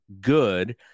good